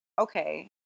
okay